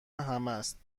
همست